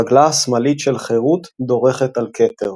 רגלה השמאלית של חירות דורכת על כתר.